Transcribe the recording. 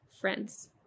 friends